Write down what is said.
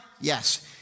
Yes